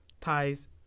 ties